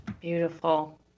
beautiful